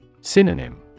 Synonym